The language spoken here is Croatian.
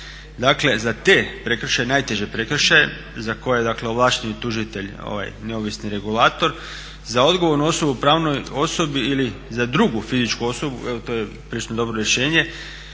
Dakle za te prekršaje, najteže prekršaje za koje dakle ovlašteni tužitelj neovisni regulator za odgovornu osobu u pravnoj osobi ili za drugu fizičku osobu, evo to je prilično dobro rješenje